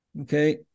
Okay